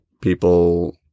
people